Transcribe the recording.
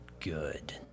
good